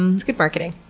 and it's good marketing.